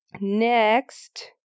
Next